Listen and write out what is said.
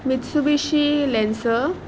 मित्सु बिशी less